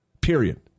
period